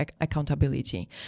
accountability